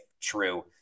true